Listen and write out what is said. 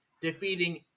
defeating